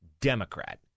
Democrat